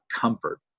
comfort